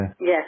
Yes